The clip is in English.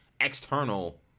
external